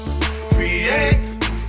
Create